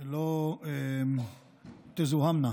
לא תזוהמנה.